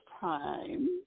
time